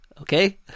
okay